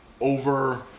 over